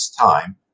time